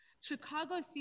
Chicago